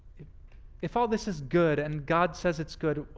if all this is good and god says it's good,